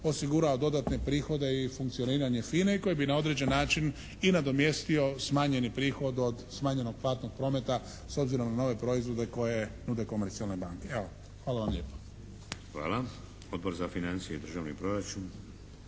osigurao dodatne prihode i funkcioniranje FINA-e i koji bi na određen način i nadomjestio smanjeni prihod od smanjenog platnog prometa s obzirom na nove proizvode koje nude komercijalne banke. Evo, hvala vam lijepo. **Šeks, Vladimir (HDZ)** Hvala. Odbor za financije i državni proračun?